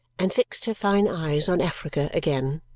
and fixed her fine eyes on africa again.